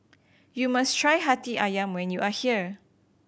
you must try Hati Ayam when you are here